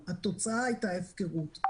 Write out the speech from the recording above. התוצאה הייתה הפקרות.